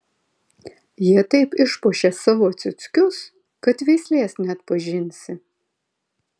jie taip išpuošė savo ciuckius kad veislės neatpažinsi